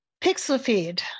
PixelFeed